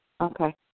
Okay